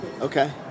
Okay